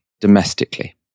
domestically